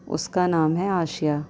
اس کا نام ہے آسیہ